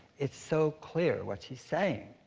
it's so clear what she's saying.